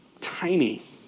tiny